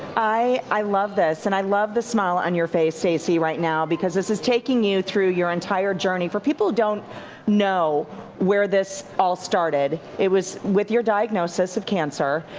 i love this. and i love the smile on your face, stacy, right now because this is taking you through your entire journey. for people who don't know where this all started, it was with your diagnosis of cancer.